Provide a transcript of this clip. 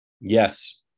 Yes